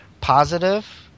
positive